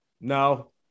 No